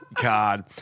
God